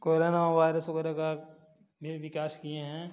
corona virus वगैरह का भी विकास किए हैं